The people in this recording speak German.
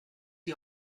die